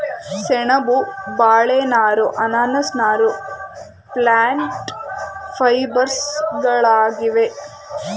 ಸೆಣಬು, ಬಾಳೆ ನಾರು, ಅನಾನಸ್ ನಾರು ಪ್ಲ್ಯಾಂಟ್ ಫೈಬರ್ಸ್ಗಳಾಗಿವೆ